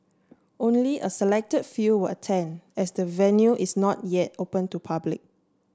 only a select few will attend as the venue is not yet open to public